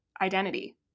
identity